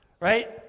right